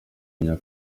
menya